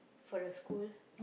for the school